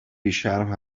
بیشرم